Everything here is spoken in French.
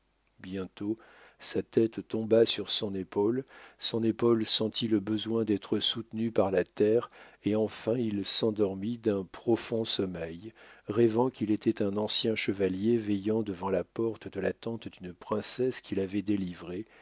bientôt sa tête tomba sur son épaule son épaule sentit le besoin d'être soutenue par la terre et enfin il s'endormit d'un profond sommeil rêvant qu'il était un ancien chevalier veillant devant la porte de la tente d'une princesse qu'il avait délivrée